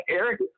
eric